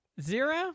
Zero